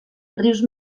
rius